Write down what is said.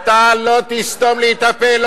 אתה לא תסתום לי את הפה,